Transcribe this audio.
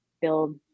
build